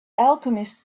alchemist